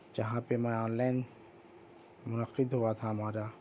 جہاں پہ میں آنلائن منعقد ہوا تھا ہمارا